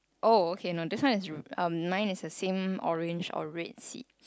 oh okay no this one is re~ nine is the same orange or red seat